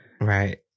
right